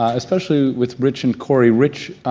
especially with rich and corrie. rich